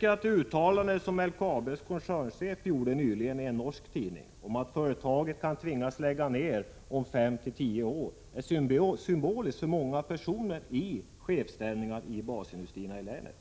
Det uttalande som LKAB:s koncernchef nyligen gjorde i en norsk tidning om att företaget kan tvingas lägga ner om 5-10 år är symboliskt för många personer i chefsställning i basindustrierna i ländet,